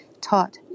taught